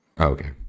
Okay